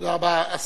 תודה רבה.